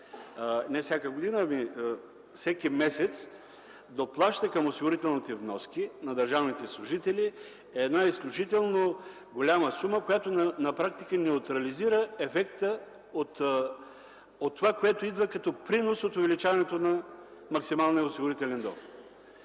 на финансите всеки месец доплаща към осигурителните вноски на държавните служители е една изключително голяма сума, която на практика неутрализира ефекта от това, което идва като принос от увеличаването на максималния осигурителен доход.